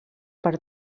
per